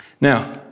Now